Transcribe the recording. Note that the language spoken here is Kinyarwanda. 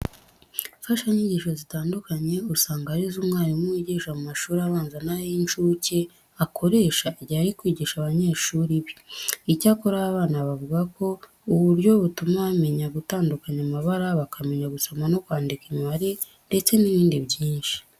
Imfashanyigisho zitandukanye usanga ari zo umwarimu wigisha mu mashuri abanza n'ay'incuke akoresha igihe ari kwigisha abanyeshuri be. Icyakora aba bana bavuga ko ubu buryo butuma bamenya gutandukanya amabara, bakamenya gusoma no kwandika imibare ndetse n'ibindi byinshi.